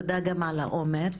תודה גם על האומץ.